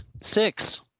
Six